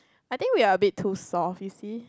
I think we're a bit too soft you see